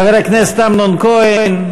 חבר הכנסת אמנון כהן.